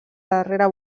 darrera